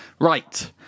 Right